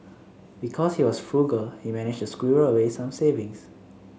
because he was frugal he managed to squirrel away some savings